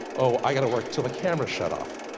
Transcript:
oh i gotta work till the camera shut off.